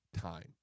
time